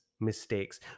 mistakes